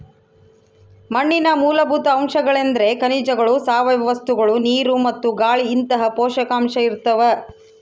ಮಣ್ಣಿನ ಮೂಲಭೂತ ಅಂಶಗಳೆಂದ್ರೆ ಖನಿಜಗಳು ಸಾವಯವ ವಸ್ತುಗಳು ನೀರು ಮತ್ತು ಗಾಳಿಇಂತಹ ಪೋಷಕಾಂಶ ಇರ್ತಾವ